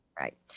Right